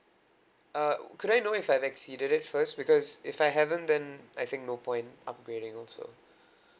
uh could I know if I've exceeded it first because if I haven't then I think no point upgrading also